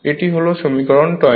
এটি হল সমীকরণ 20